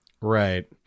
right